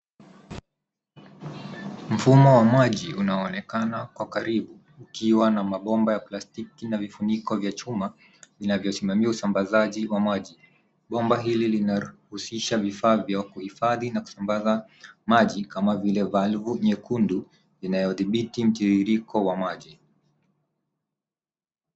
Mfumo wa maji unaonekana kwa karibu ukiwa na mabomba ya plastiki na vifuniko vya chuma vinavyosimamia usambazaji wa maji. Bomba hili linahusisha vifaa vya kuhifadhi na kusambaza maji kama vile valvu nyekundu inayodhibiti mtiririko wa maji.